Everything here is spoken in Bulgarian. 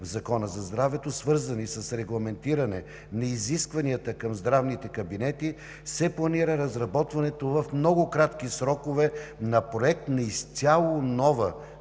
в Закона за здравето, свързани с регламентиране на изискванията към здравните кабинети, се планира разработването в кратки срокове на проект на изцяло нова